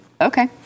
Okay